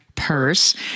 purse